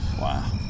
Wow